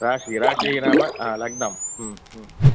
राशिः राशिः नाम हा लग्नम्